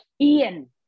Ian